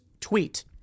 tweet